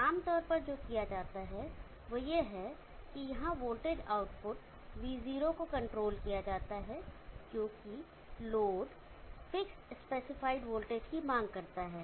आम तौर पर जो किया जाता है वह यह है कि यहां वोल्टेज आउटपुट V0 को कंट्रोल किया जाता है क्योंकि लोड फिक्स्ड स्पेसिफाइड वोल्टेज की मांग करता है